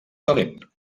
talent